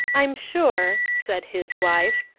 i'm sure, said his wife,